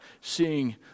seeing